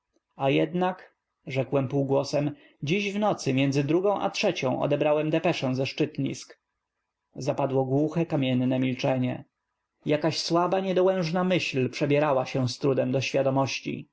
a jednak rzekłem półgłosem dziś w nocy między d ru g ą a trzecią odebrałem d e peszę ze szczytnisk z apadło głuche kam ienne milczenie jak aś słaba niedołężna myśl przebierała się z trudem do świadom